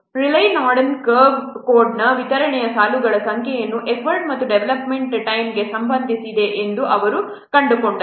Rayleigh Norden curve ಕೋಡ್ನ ವಿತರಣೆಯ ಸಾಲುಗಳ ಸಂಖ್ಯೆಯನ್ನು ಎಫರ್ಟ್ ಮತ್ತು ಡೆವಲಪ್ಮೆಂಟ್ ಟೈಮ್ಗೆ ಸಂಬಂಧಿಸಿದೆ ಎಂದು ಅವರು ಕಂಡುಕೊಂಡರು